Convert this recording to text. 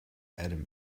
adam